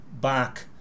back